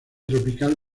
tropical